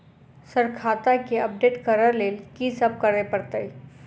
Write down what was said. Sir खाता केँ update करऽ लेल की सब करै परतै?